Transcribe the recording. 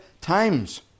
times